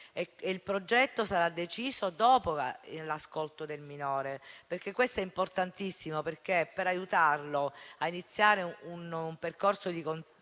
Il progetto sarà deciso dopo l'ascolto del minore. Ciò è importantissimo perché per aiutarlo a iniziare un percorso di consapevolezza